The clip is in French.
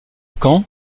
camp